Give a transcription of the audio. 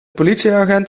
politieagent